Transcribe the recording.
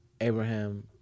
abraham